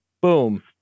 boom